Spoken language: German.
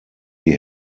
die